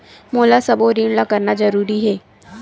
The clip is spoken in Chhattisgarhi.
मोला सबो ऋण ला करना जरूरी हे?